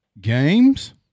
games